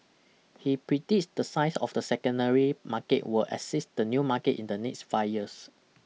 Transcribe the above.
he predicts the size of the secondary market will exceed the new market in the next five years